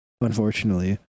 unfortunately